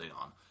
on